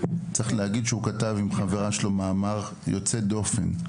צריך להגיד שהוא כתב עם חברה שלו מאמר ממש יוצא דופן.